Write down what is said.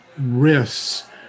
risks